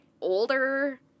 older